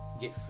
get